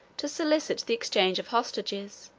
to solicit the exchange of hostages,